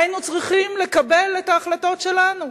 היינו צריכים לקבל את ההחלטות שלנו,